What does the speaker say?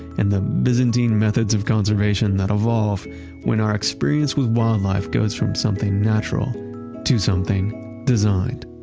and the byzantine methods of conservation that evolve when our experience with wildlife goes from something natural to something designed.